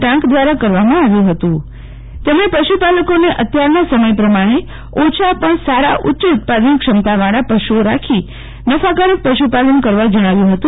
ટાંક દવારા કરવામાં આવ્યું હતું તેમણે પશુપાલકોને અત્યારના સમય પ્રમાણે ઓછા પણ સારા ઉચ્ચ ઉત્પાદન ક્ષમતાવાળા પશુ ઓ રાખી નફાકારક પશુપાલન કરવા જણાવ્યું હત